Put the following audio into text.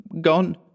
gone